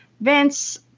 Vince